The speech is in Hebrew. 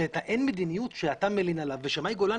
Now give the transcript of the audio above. שאת ה"אין מדיניות" שאתה מלין עליו ומאי גולן